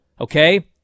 Okay